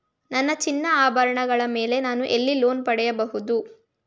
ನನ್ನ ಚಿನ್ನಾಭರಣಗಳ ಮೇಲೆ ನಾನು ಎಲ್ಲಿ ಲೋನ್ ಪಡೆಯಬಹುದು?